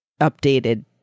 updated